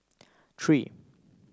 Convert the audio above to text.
three